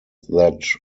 that